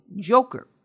Joker